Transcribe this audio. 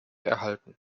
erhalten